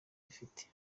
bifite